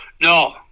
No